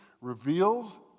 reveals